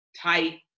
Tight